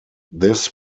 this